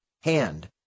hand